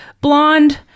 blonde